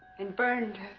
and burned